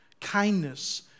kindness